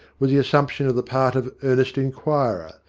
was the assumption of the part of earnest inquirer,